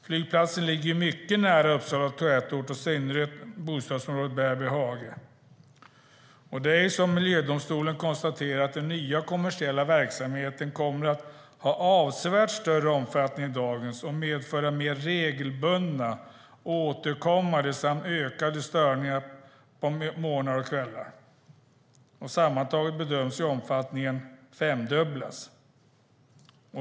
Flygplatsen ligger mycket nära Uppsala tätort och i synnerhet bostadsområdet Bärby hage. Som mark och miljödomstolen konstaterat kommer den nya kommersiella verksamheten ha avsevärt större omfattning än dagens och medföra mer regelbundna, återkommande och ökade störningar på morgnar och kvällar. Sammantaget bedöms omfattningen femdubblas.